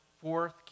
Fourth